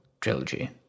trilogy